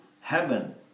heaven